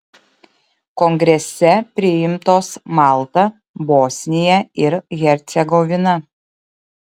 kongrese priimtos malta bosnija ir hercegovina